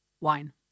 wine